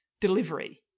delivery